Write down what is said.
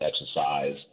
exercise